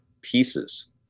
pieces